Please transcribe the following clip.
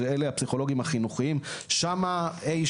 שאלה הפסיכולוגים החינוכיים: שם אי